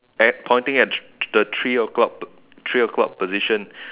at pointing at the three o-clock three o-clock position